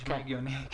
נשמע הגיוני.